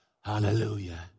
hallelujah